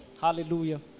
Hallelujah